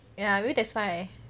ya maybe that's why